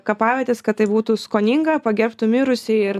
kapavietes kad tai būtų skoninga pagerbtų mirusį ir